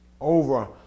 over